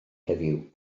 heddiw